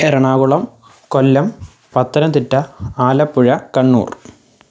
Ernakulam Kollam Pathanamthitta Alappuzha Kannur